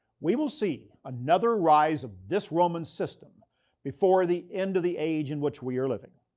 we will see another rise of this roman system before the end of the age in which we are living.